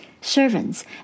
servants